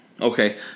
Okay